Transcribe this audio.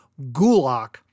gulak